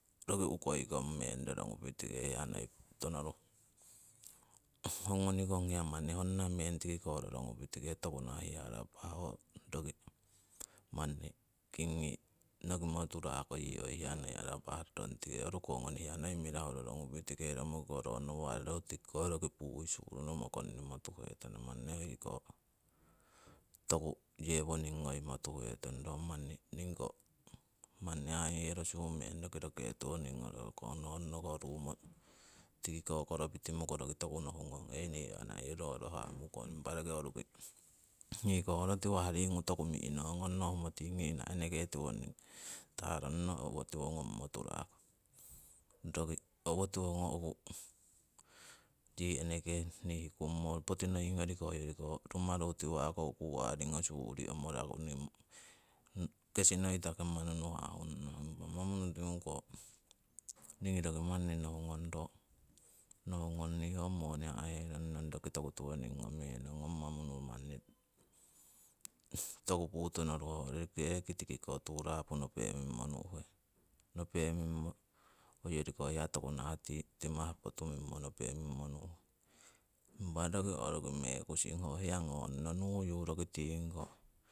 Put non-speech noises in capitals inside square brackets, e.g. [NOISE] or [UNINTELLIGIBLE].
Roki ukoi kong meng rorongupi tike hiya noi putono ruho, [NOISE] ho ngonikong hiya manni honna meng tiki ko rorongupitike toku nah hiya arapah ho roki manni kingi nokimo turako yii oi hiya arapah rorong tike, oruko ngoni hiya noi mirahu rorongupi tike, romokiko roho roki tiki pui su'roromo kongnimo tuhetana. [UNINTELLIGIBLE] Manni nohiko toku yewoning ngoimo tuhetong ro manni ningiko manni hayerosu meng roki reke tiwong ngorakana honnoko ruumo tiki ko koropitimo rokitoku nohungong hei nii ana yii roro' hamukong. Impa roki roruki niko ho rotiwah ringu toku mi'no ngong nohumo tingi ina eneke taronno owotiwo ngommoturako. Roki owotiwo ngo'ku tii eneke nii hiku [UNINTELLIGIBLE] poti noingoriko hoyoriko rumaru tiwa'ko ku aringosu urii omoraku nii kesinoitaku manunu ha'hun'ong. Impa manunu tinguko ningii manni nohungong ro ho moni ha'herong nong roki toku tiwoning ngomihenong, ngong manunu manni toku putonoruho reki tikiko turapu napemimmo nu'he, nopemimmo hoyoriko hiya toku nahah timah potumimmo nopemimmo nu'he. Impa roki roruki mekusing ho hiya ngong nuyu roki tingiko